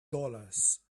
dollars